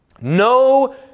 No